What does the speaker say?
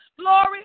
Glory